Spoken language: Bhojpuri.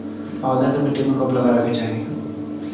पौधा के मिट्टी में कब लगावे के चाहि?